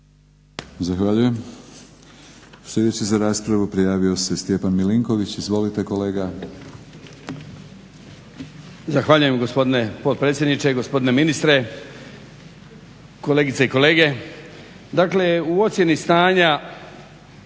Zahvaljujem. Sljedeći za raspravu prijavio se Stjepan Milinković. Izvolite kolega. **Milinković, Stjepan (HDZ)** Zahvaljujem, gospodine potpredsjedniče. Gospodine ministre, kolegice i kolege. Dakle, u ocjeni stanja